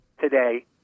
today